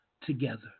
together